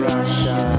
Russia